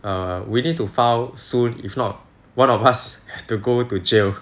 err we need to file soon if not one of us have to go to jail